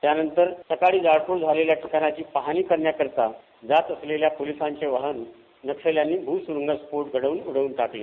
त्यानंतर सकाळी जाळपोळ झालेल्या ठिकाणाची पाहणी करण्याकरीता जात असलेल्या पोलीसांच वाहन नक्षल्यांनी भूसुरूंग स्फोट घडवून उडवून लावलं